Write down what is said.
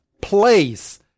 place